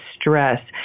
stress